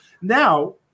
now